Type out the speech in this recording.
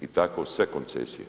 I tako sve koncesije.